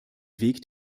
weg